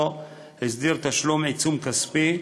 הסדיר תשלום עיצום כספי,